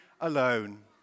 alone